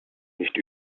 nicht